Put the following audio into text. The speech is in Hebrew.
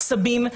סבים,